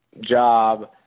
job